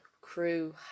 Crew